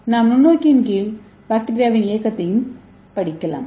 நாம் நுண்ணோக்கின் கீழ் பாக்டீரியாவின் இயக்கத்தை படிக்கலாம்